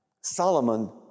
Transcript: Solomon